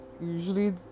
usually